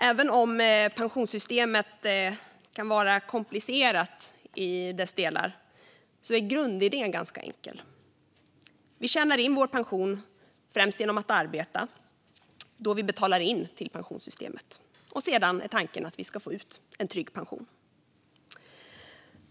Även om pensionssystemet kan vara komplicerat i vissa delar är grundidén ganska enkel: Vi tjänar in vår pension främst genom att arbeta när vi betalar in till pensionssystemet. Sedan är tanken att vi ska få ut en trygg pension.